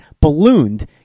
ballooned